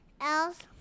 else